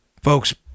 Folks